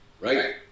Right